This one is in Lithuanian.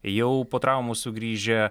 jau po traumų sugrįžę